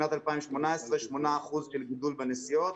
בשנת 2018 8% של גידול בנסיעות.